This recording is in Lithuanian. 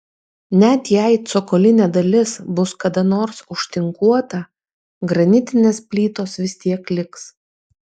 net jei cokolinė dalis bus kada nors užtinkuota granitinės plytos vis tiek liks